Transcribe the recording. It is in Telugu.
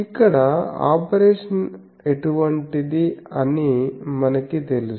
ఇక్కడ ఆపరేషన్ ఎటువంటిది అని మనకి తెలుసు